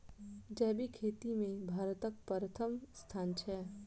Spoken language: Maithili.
जैबिक खेती मे भारतक परथम स्थान छै